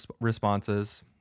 responses